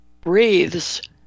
breathes